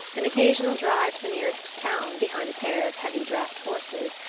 an occasional drive to the nearest town behind a pair of heavy draft horses,